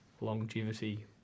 longevity